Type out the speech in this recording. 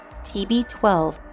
TB12